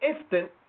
instant